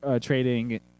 trading